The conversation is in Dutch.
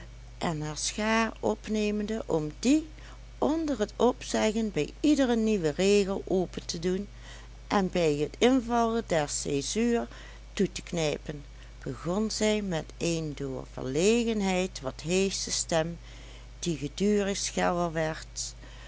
en haar schaar opnemende om die onder t opzeggen bij iederen nieuwen regel open te doen en bij t invallen der caesuur toe te knijpen begon zij met een door verlegenheid wat heesche stem die gedurig scheller werd